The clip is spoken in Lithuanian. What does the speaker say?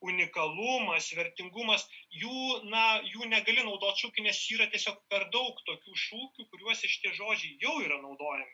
unikalumas vertingumas jų na jų negali naudoti šukiui nes jų yra tiesiog per daug tokių šūkių kuriuose šitie žodžiai jau yra naudojami